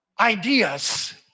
Ideas